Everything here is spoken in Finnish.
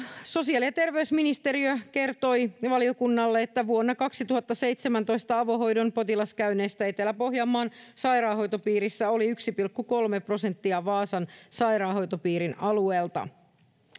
sosiaali ja terveysministeriö kertoi valiokunnalle että vuonna kaksituhattaseitsemäntoista avohoidon potilaskäynneistä etelä pohjanmaan sairaanhoitopiirissä oli yksi pilkku kolme prosenttia vaasan sairaanhoitopiirin alueelta